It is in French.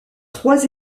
trois